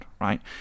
right